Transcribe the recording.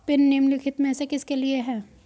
Pin निम्नलिखित में से किसके लिए है?